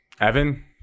evan